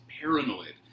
paranoid